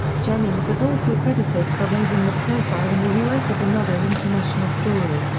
jennings was also credited for raising the profile in the u s. of another international story,